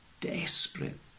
desperate